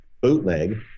bootleg